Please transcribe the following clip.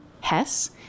Hess